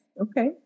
Okay